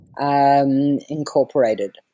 Incorporated